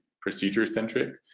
procedure-centric